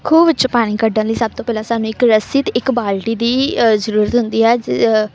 ਖੂਹ ਵਿੱਚੋਂ ਪਾਣੀ ਕੱਢਣ ਲਈ ਸਭ ਤੋਂ ਪਹਿਲਾਂ ਸਾਨੂੰ ਇੱਕ ਰੱਸੀ ਅਤੇ ਇੱਕ ਬਾਲਟੀ ਦੀ ਜ਼ਰੂਰਤ ਹੁੰਦੀ ਹੈ